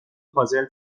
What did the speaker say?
پازل